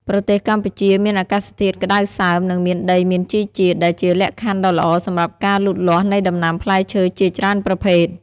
ប្រទេសកម្ពុជាមានអាកាសធាតុក្តៅសើម និងមានដីមានជីជាតិ ដែលជាលក្ខខណ្ឌដ៏ល្អសម្រាប់ការលូតលាស់នៃដំណាំផ្លែឈើជាច្រើនប្រភេទ។